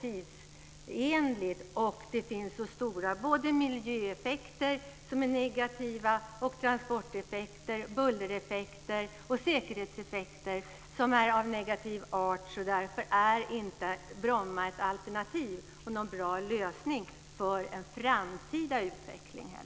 Det finns stora miljöeffekter, transporteffekter, bullereffekter och säkerhetseffekter som är av negativ art. Därför är inte Bromma ett alternativ eller någon bra lösning för den framtida utvecklingen.